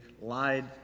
lied—